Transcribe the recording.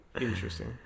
interesting